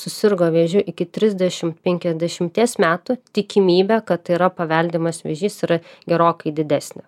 susirgo vėžiu iki trisdešimt penkiasdešimties metų tikimybė kad yra paveldimas vėžys yra gerokai didesnė